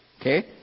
Okay